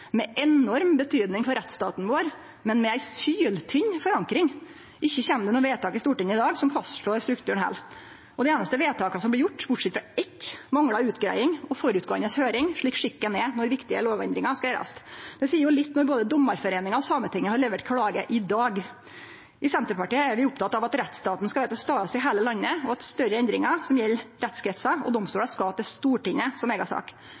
med enorm betydning for rettsstaten vår, men med ei syltynn forankring. Ikkje kjem det noko vedtak i Stortinget i dag som fastslår strukturen heller. Og dei einaste vedtaka som vart gjorde, bortsett frå eitt, manglar utgreiing og føregåande høyring, slik skikken er når viktige lovendringar skal gjerast. Det seier jo litt når både Dommerforeningen og Sametinget har levert klage i dag. I Senterpartiet er vi opptekne av at rettsstaten skal vere til stades i heile landet, og at større endringar som gjeld rettskretsar og domstolar skal til Stortinget som